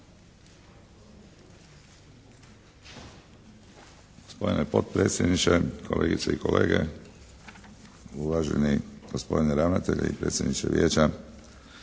Hvala vama